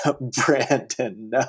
Brandon